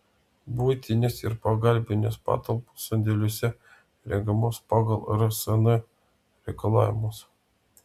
buitinės ir pagalbinės patalpos sandėliuose įrengiamos pagal rsn reikalavimus